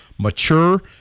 mature